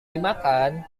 dimakan